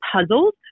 puzzled